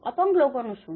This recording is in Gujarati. અપંગ લોકોનું શું